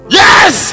yes